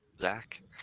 Zach